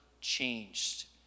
changed